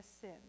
sin